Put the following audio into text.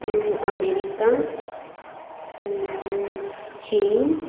America China